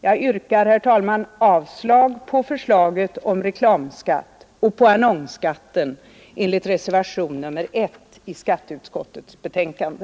Jag yrkar, herr talman, avslag på förslaget om reklamskatt och annonsskatt enligt reservationen 1 i skatteutskottets betänkande.